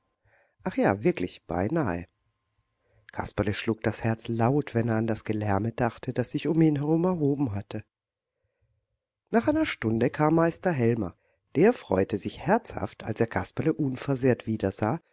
ach ja wirklich beinahe kasperle schlug das herz laut wenn er an das gelärme dachte das sich um ihn herum erhoben hatte nach einer stunde kam meister helmer der freute sich herzhaft als er kasperle unversehrt wiedersah